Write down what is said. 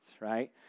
right